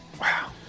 Wow